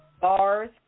bars